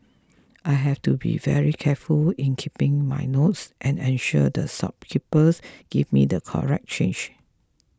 I have to be very careful in keeping my notes and ensure that shopkeepers give me the correct change